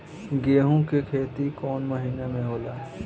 गेहूं के खेती कौन महीना में होला?